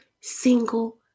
single